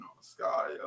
Sky